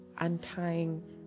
untying